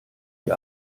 die